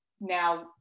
Now